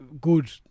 good